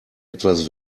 etwas